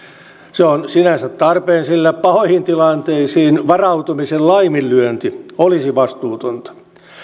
se on sinänsä tarpeen sillä pahoihin tilanteisiin varautumisen laiminlyönti olisi vastuutonta